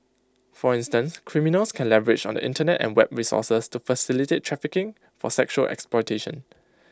for instance criminals can leverage on the Internet and web resources to facilitate trafficking for sexual exploitation